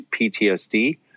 PTSD